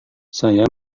saya